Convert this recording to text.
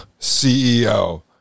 CEO